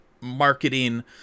marketing